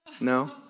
No